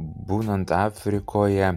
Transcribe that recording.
būnant afrikoje